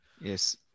Yes